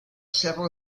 several